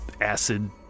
acid